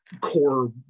core